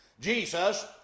Jesus